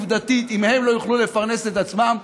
עובדתית: אם הם לא יוכלו לפרנס את עצמם,